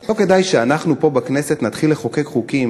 לא כדאי שאנחנו פה, בכנסת, נתחיל לחוקק חוקים